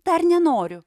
dar nenoriu